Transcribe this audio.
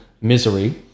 misery